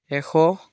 এশ